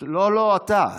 היא.